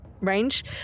range